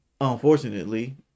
unfortunately